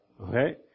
Okay